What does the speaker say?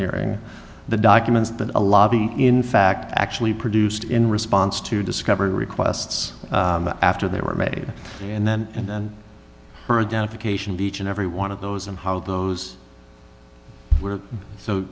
hearing the documents that a lobby in fact actually produced in response to discovery requests after they were made and then and her down for cation each and every one of those and how those were so